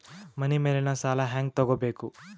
ಮನಿ ಮೇಲಿನ ಸಾಲ ಹ್ಯಾಂಗ್ ತಗೋಬೇಕು?